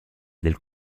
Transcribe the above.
del